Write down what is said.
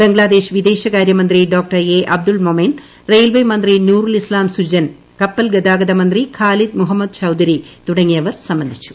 ബംഗ്ലാദേശ് വിദേശകാര്യമന്ത്രി Dr A Abdul മോമെൻ റിയിൽവേ മന്ത്രി നൂറുൽ ഇസ്താം സുജൻ കപ്പൽ ഗതാഗത മന്ത്രി ഖാലിദ് മഹ്മൂദ്ചൌധരി തുടങ്ങിയവർ സംബന്ധിച്ചു